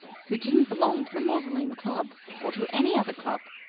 who didn't belong to the mausoleum club or to any other club,